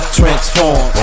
transform